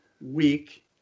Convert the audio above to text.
week